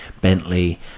Bentley